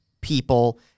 people